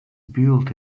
built